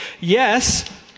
yes